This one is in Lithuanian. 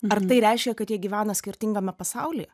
ar tai reiškia kad jie gyvena skirtingame pasauly